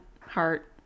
heart